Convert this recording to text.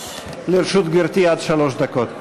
לרשות גברתי עד שלוש דקות.